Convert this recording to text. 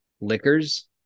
liquors